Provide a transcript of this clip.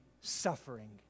suffering